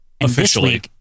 Officially